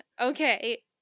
okay